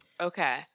okay